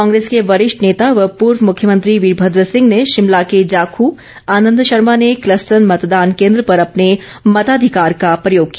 कांग्रेस के वरिष्ठ नेता व पूर्व मुख्यमंत्री वीरभद्र सिंह ने शिमला के जाख आनंद शर्मा ने कलस्टन मतदान केंन्द्र पर अपने मताधिकार का प्रयोग किया